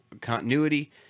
continuity